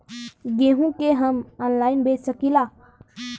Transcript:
गेहूँ के हम ऑनलाइन बेंच सकी ला?